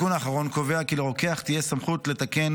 התיקון האחרון קובע כי לרוקח תהיה סמכות לתקן